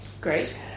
Great